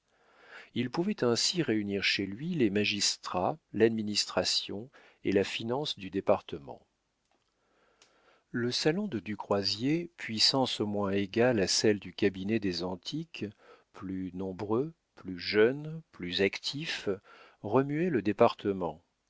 il pouvait ainsi réunir chez lui les magistrats l'administration et la finance du département le salon de du croisier puissance au moins égale à celle du cabinet des antiques plus nombreux plus jeune plus actif remuait le département